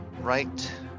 right